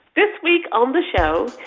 this week on the show,